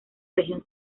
región